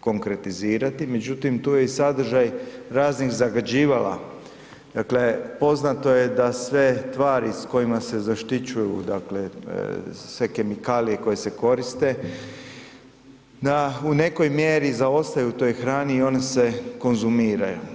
konkretizirati, međutim tu je i sadržaj raznih zagađivala, dakle poznato je da sve tvari s kojima se zaštićuju, dakle sve kemikalije koje se koriste da u nekoj mjeri zaostaju u toj hrani i oni se konzumiraju.